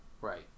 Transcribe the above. Right